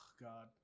god